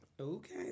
Okay